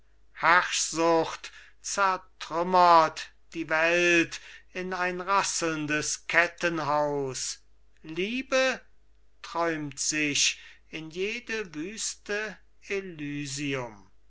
herrschsucht zertrümmert die welt in ein rasselndes kettenhaus liebe träumt sich in jede wüste elysium